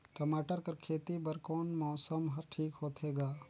टमाटर कर खेती बर कोन मौसम हर ठीक होथे ग?